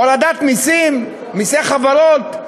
הורדת מסים, מסי חברות.